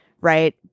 right